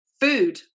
food